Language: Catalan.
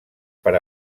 per